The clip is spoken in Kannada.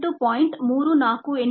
348x plus 1